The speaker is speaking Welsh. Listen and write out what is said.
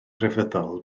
grefyddol